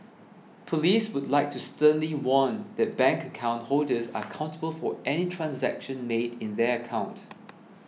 police would like to sternly warn that bank account holders are accountable for any transaction made in their account